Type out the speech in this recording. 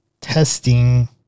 testing